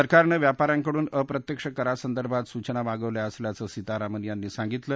सरकारनं व्यापा यांकडून अप्रत्यक्ष करासंदर्भात सूचना मागवल्या असल्याचं सीतारामन यांनी सांगितलं